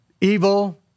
evil